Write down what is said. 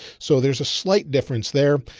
so there's a slight difference there,